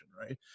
right